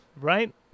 right